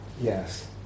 Yes